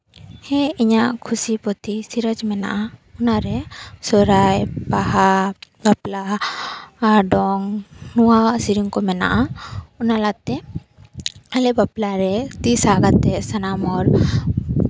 ᱦᱮᱸ ᱤᱧᱟᱹᱜ ᱠᱷᱩᱥᱤ ᱯᱨᱚᱛᱤ ᱥᱤᱨᱚᱡᱽ ᱢᱮᱱᱟᱜᱼᱟ ᱚᱱᱟ ᱨᱮ ᱥᱚᱨᱦᱟᱭ ᱵᱟᱦᱟ ᱵᱟᱯᱞᱟ ᱟᱨ ᱫᱚᱝ ᱱᱚᱣᱟ ᱥᱮᱨᱮᱧ ᱠᱚ ᱢᱮᱱᱟᱜᱼᱟ ᱚᱱᱟᱛᱮ ᱟᱞᱮ ᱵᱟᱯᱞᱟ ᱨᱮ ᱛᱤ ᱥᱟᱵ ᱠᱟᱛᱮ ᱥᱟᱱᱟᱢ ᱦᱚᱲ